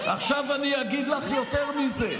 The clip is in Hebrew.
עכשיו אני אגיד לך יותר מזה.